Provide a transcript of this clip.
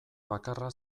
bakarra